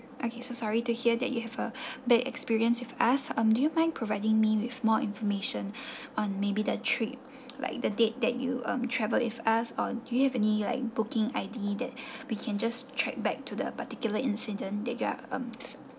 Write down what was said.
okay so sorry to hear that you have a bad experience with us um do you mind providing me with more information on maybe the trip like the date that you um traveled with us or do you have any like booking ID that we can just track back to the particular incident that you're mm